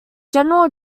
general